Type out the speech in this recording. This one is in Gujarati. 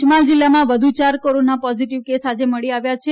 પંચમહાલ જિલ્લામાં વધુ ચાર કોરના પોઝીટીવ કેસ મળી આવ્યા છે